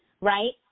right